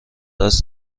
است